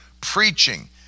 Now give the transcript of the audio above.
preaching